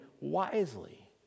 wisely